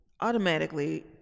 automatically